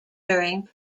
during